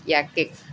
ইয়াকে